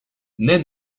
naît